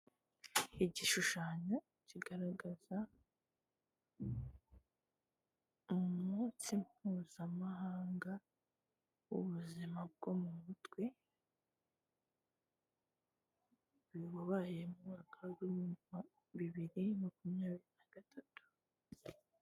Igishushanyo kigaragaza, umunsi Mpuzamahanga w'ubuzima bwo mu mutwe, wabaye mu mwaka w'ibihumbi bibiri na makumyabiri na gatatu.